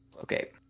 Okay